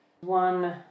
One